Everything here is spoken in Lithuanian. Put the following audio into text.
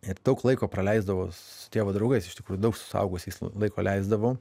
ir daug laiko praleisdavau su tėvo draugais iš tikrųjų daug su suaugusiais laiko leisdavau